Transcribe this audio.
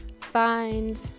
find